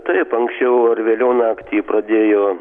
taip anksčiau ar vėliau naktį pradėjo